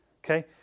Okay